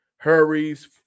hurries